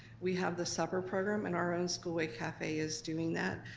we have the supper program, and our own school way cafe is doing that.